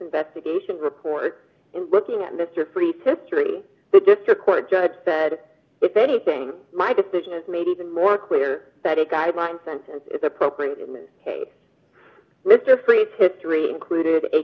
investigation report looking at mr friess history the district court judge said if anything my decision is made even more clear that a guideline sentence is appropriate in this case mr friess history included a